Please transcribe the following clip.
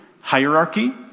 hierarchy